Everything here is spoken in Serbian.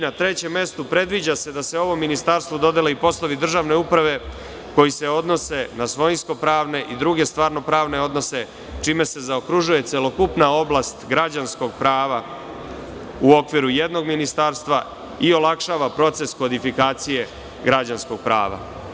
Na trećem mestu, predviđa se da se ovom ministarstvu dodele i poslovi državne uprave koji se odnose na svojinsko pravne i druge stvarno pravne odnose, čime se zaokružuje celokupna oblast građanskog prava u okviru jednog ministarstva i olakšava proces kodifikacije građanskog prava.